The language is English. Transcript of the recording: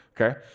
okay